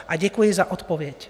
A děkuji za odpověď.